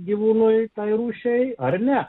gyvūnui tai rūšiai ar ne